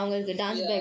ya